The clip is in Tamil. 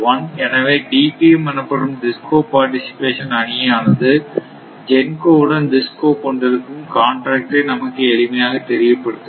எனவே DPM எனப்படும் DISCO பார்டிசிபெசன் அணியானது GENCO உடன் DISCO கொண்டிருக்கும் காண்ட்ராக்ட் ஐ நமக்கு எளிமையாக தெரியப்படுத்துகிறது